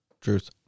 Truth